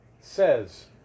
says